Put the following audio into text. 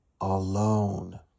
alone